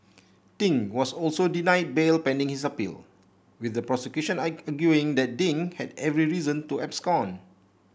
Ding was also denied bail pending his appeal with the prosecution arguing that Ding had every reason to abscond